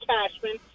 Cashman